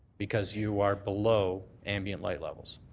because you are below ambient light levels?